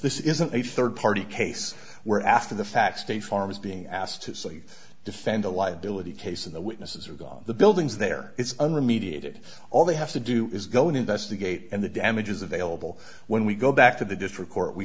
this isn't a third party case where after the fact state farm is being asked to so you defend a liability case and the witnesses are gone the buildings there it's an remediated all they have to do is go and investigate and the damages available when we go back to the district court we